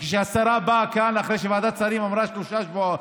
וכשהשרה באה לכאן אחרי שוועדת השרים אמרה שלושה